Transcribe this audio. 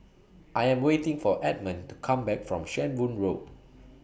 I Am waiting For Edmond to Come Back from Shenvood Road